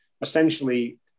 essentially